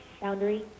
Boundary